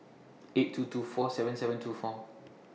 eight two two four seven seven two four